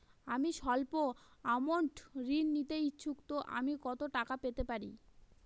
আমি সল্প আমৌন্ট ঋণ নিতে ইচ্ছুক তো আমি কত টাকা পেতে পারি?